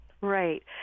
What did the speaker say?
Right